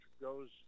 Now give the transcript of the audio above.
goes